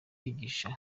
yigisha